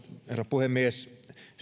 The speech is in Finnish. puhemies